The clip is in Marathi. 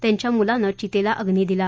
त्यांच्या मुलानं चितेला अग्नी दिला